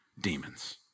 demons